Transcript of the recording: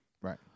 Right